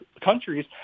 countries